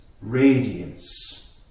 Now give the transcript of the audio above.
radiance